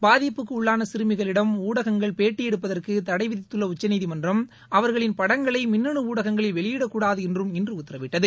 பாதிப்புக்குள்ளன சிறமிகளிடம் ஊடகங்கள் பேட்டி எடுப்பதற்கு தளட விதித்துள்ள உச்சநீதிமன்றம் அவர்களின் படங்களை மின்னணு ஊடகங்களில் வெளியிடக்கூடாது என்றும் இன்று உத்தரவிட்டது